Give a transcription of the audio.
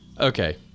Okay